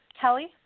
Kelly